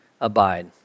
abide